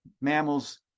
Mammals